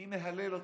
אם מהללים אותו,